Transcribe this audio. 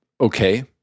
okay